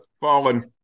fallen